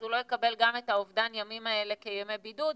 הוא לא יקבל גם את אובדן הימים האלה כימי בידוד,